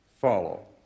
follow